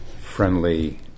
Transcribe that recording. friendly